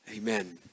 Amen